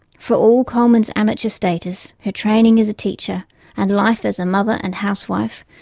for all coleman's amateur status, her training as a teacher and life as a mother and housewife,